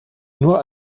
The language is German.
nur